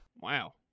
Wow